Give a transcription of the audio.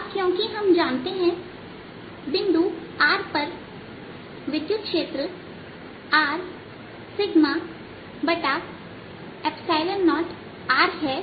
अब क्योंकि हम जानते हैं कि बिंदु r पर विद्युत क्षेत्र Rσ0r है